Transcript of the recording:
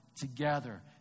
together